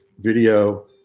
video